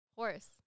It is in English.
Horse